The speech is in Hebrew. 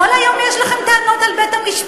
כל היום יש לכם טענות על בית-המשפט,